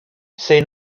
say